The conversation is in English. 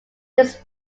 his